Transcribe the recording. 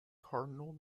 cardinal